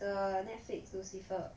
the Netflix lucifer